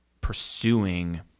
pursuing